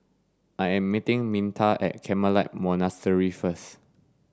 I am meeting Minta at Carmelite Monastery first